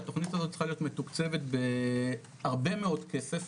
שהתוכנית הזאת צריכה להיות מתוקצבת בהרבה מאוד כסף.